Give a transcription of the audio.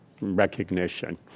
recognition